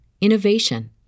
innovation